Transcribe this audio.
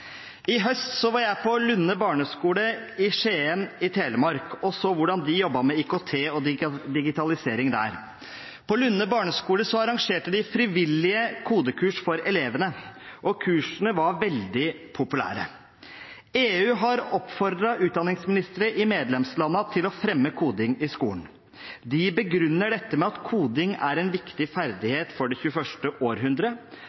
I høst var jeg på Lunde barneskole i Skien i Telemark og så hvordan de jobbet med IKT og digitalisering der. På Lunde barneskole arrangerte de frivillige kodekurs for elevene, og kursene var veldig populære. EU har oppfordret utdanningsministre i medlemslandene til å fremme koding i skolen. De begrunner dette med at koding er en viktig